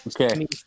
Okay